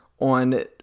on